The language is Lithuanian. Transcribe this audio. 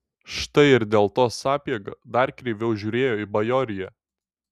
štai ir dėl to sapiega dar kreiviau žiūrėjo į bajoriją